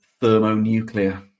thermonuclear